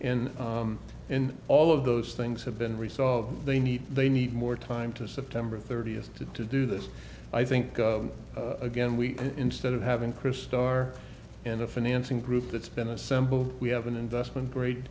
in all of those things have been resolved they need they need more time to september thirtieth to do this i think of again we instead of having chris star in a financing group that's been assembled we have an investment grade